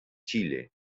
chile